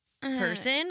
person